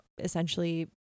essentially